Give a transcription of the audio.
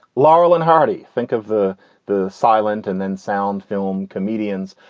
laurel and hardy think of the the silent and then sound film comedians.